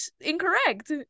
incorrect